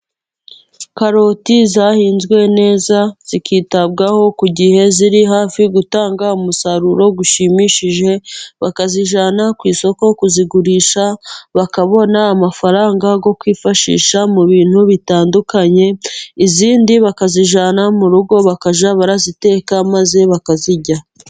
Karoti zahinzwe neza zikitabwaho ku gihe, ziri hafi gutanga umusaruro ushimishije, bakazijyana ku isoko kuzigurisha bakabona amafaranga, yo kwifashisha mu bintu bitandukanye, izindi bakazijyana mu rugo bakajya baziteka maze bakazirya.